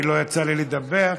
לא יצא לי לדבר,